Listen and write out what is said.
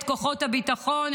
את כוחות הביטחון,